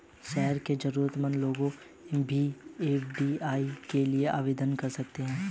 शहर के जरूरतमंद लोग भी डी.ए.वाय के लिए आवेदन कर सकते हैं